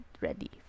ready